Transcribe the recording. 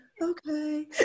Okay